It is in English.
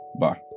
Bye